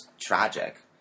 tragic